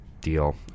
deal